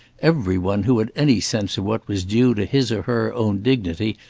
every one who had any sense of what was due to his or her own dignity,